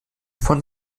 von